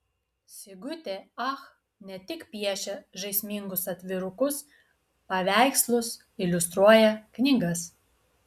sigutė ach ne tik piešia žaismingus atvirukus paveikslus iliustruoja knygas